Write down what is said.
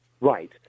right